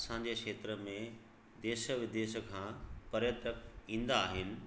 असांजे क्षेत्र में देश विदेश खां पर्यटक ईंदा आहिनि